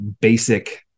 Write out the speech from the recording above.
basic